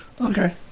Okay